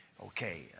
Okay